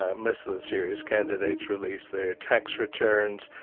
ah most of the serious candidates release their tax returns,